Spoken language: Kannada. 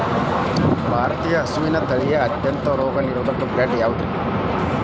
ಭಾರತೇಯ ಹಸುವಿನ ತಳಿಗಳ ಅತ್ಯಂತ ರೋಗನಿರೋಧಕ ಬ್ರೇಡ್ ಯಾವುದ್ರಿ?